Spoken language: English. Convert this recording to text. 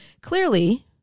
Clearly